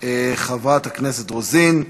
חברת הכנסת רוזין.